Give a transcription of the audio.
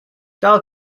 dahl